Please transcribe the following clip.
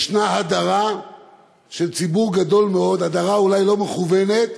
יש הדרה של ציבור גדול מאוד, הדרה אולי לא מכוונת,